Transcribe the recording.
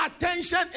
attention